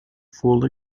full